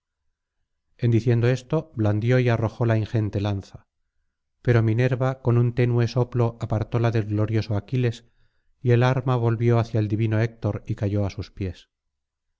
en diciendo esto blandió y arrojó la ingente lanza pero minerva con un tenue soplo apartóla del glorioso aquiles y el arma volvió hacia el divino héctor y cayó á sus pies